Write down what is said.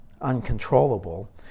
uncontrollable